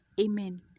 Amen